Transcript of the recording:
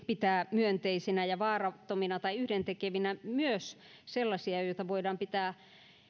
pitää myönteisinä ja vaarattomina tai yhdentekevinä myös sellaisia joita voidaan pitää